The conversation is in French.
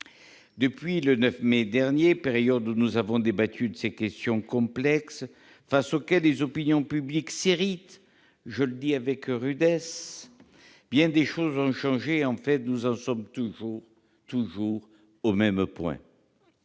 Depuis le 9 mai dernier, jour où nous avons débattu de ces questions complexes devant lesquelles les opinions publiques s'irritent- je le dis avec rudesse -, bien des choses ont changé, mais nous en sommes toujours au même point.